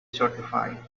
certified